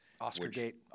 Oscar-gate